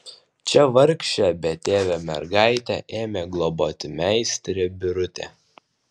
čia vargšę betėvę mergaitę ėmė globoti meistrė birutė